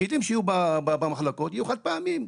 הכלים שיהיו במחלקות, יהיו חד פעמיים.